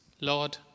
Lord